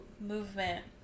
movement